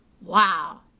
wow